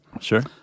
Sure